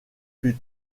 plus